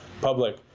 public